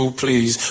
please